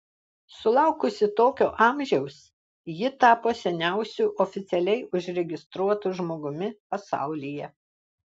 sulaukusi tokio amžiaus ji tapo seniausiu oficialiai užregistruotu žmogumi pasaulyje